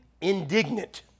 indignant